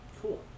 Cool